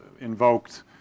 invoked